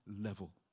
level